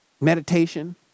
meditation